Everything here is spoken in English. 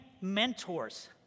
mentors